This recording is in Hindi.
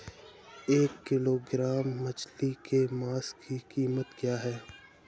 एक किलोग्राम मछली के मांस की कीमत क्या है?